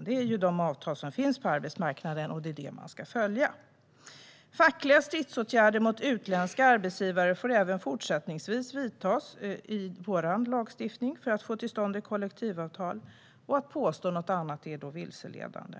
det är ju de avtal som finns på arbetsmarknaden, och det är det man ska följa. Fackliga stridsåtgärder mot utländska arbetsgivare får enligt vår lagstiftning även fortsättningsvis vidtas för att få till stånd ett kollektivavtal. Att påstå något annat är vilseledande.